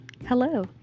Hello